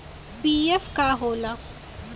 PF का होला?